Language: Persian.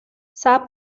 صبر